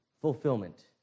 fulfillment